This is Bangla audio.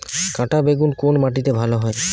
কাঁটা বেগুন কোন মাটিতে ভালো হয়?